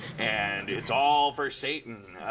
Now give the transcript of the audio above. and it's all for satan.